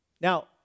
Now